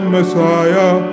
Messiah